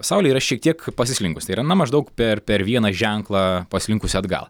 saulė yra šiek tiek pasislinkus tai yra na maždaug per per vieną ženklą pasislinkusi atgal